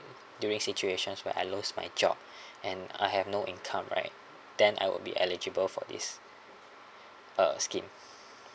during situations where I lose my job and I have no income right then I'll be eligible for this uh scheme